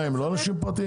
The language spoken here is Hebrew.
הם לא אנשים פרטיים?